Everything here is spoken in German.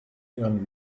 ihren